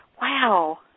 Wow